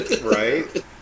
Right